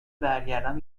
برگردم